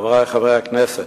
חברי חברי הכנסת,